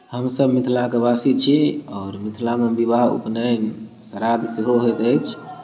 हमसभ मिथिलाक वासी छी आओर मिथिलामे विवाह उपनयन श्राद्ध सेहो होइत अछि